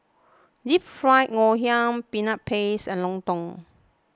Deep Fried Ngoh Hiang Peanut Paste and Lontong